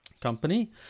company